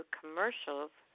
commercials